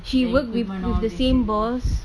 she work with with the same boss